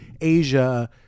Asia